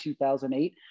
2008